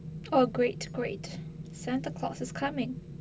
oh great great santa claus is coming